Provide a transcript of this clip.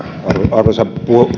arvoisa